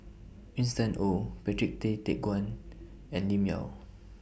Winston Oh Patrick Tay Teck Guan and Lim Yau